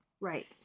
Right